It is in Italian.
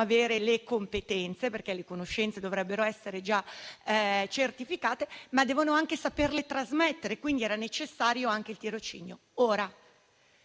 avere le competenze - le conoscenze dovrebbero essere già certificate - ma devono anche saperle trasmettere. Quindi, era necessario anche il tirocinio. È